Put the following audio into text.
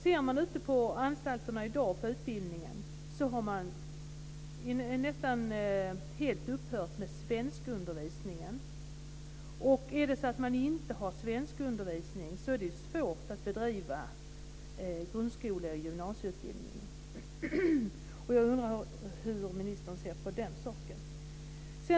Ser man på utbildningen på anstalterna i dag finner man att man nästan helt har upphört med svenskundervisningen. Har man inte svenskundervisning är det ju svårt att bedriva grundskole och gymnasieutbildning.